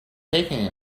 taking